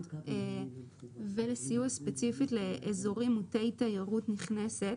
ולסיוע ספציפי לאזורים מוטי תיירות נכנסת